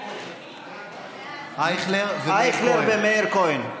לדעת, אייכלר ומאיר כהן.